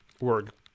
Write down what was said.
work